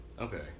Okay